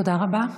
תודה רבה.